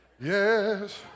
Yes